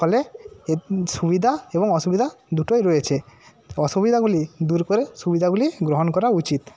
ফলে সুবিধা এবং অসুবিধা দুটোই রয়েছে অসুবিধাগুলি দূর করে সুবিধাগুলি গ্রহণ করা উচিৎ